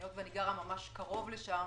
היות ואני גרה ממש קרוב לשם,